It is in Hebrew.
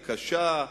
הקשה,